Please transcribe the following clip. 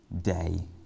day